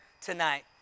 tonight